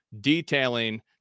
detailing